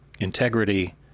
integrity